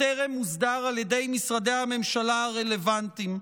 טרם הוסדר על ידי משרדי הממשלה הרלוונטיים.